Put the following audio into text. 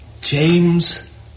James